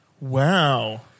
Wow